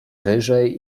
wyżej